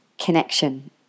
connection